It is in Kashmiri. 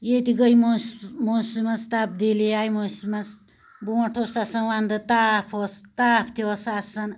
ییٚتہِ گٔے موسمَس تبدیٖلی آیہِ موسمَس بونٛٹھ اوس آسان ونٛدٕ تاپھ اوس تاپھ تہِ اوس آسان